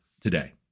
today